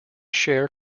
share